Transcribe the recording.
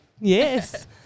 Yes